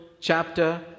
chapter